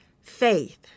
Faith